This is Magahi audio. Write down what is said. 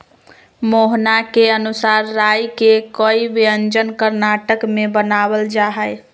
मोहना के अनुसार राई के कई व्यंजन कर्नाटक में बनावल जाहई